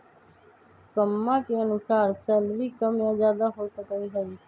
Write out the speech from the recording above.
कम्मा के अनुसार सैलरी कम या ज्यादा हो सका हई